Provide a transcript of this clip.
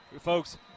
Folks